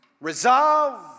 resolve